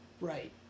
Right